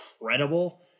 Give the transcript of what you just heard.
incredible